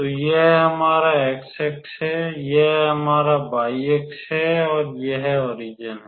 तो यह हमारा x अक्ष है यह हमारा y अक्ष है और यह ओरिजन है